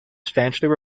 substantially